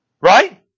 Right